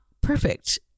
perfect